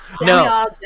No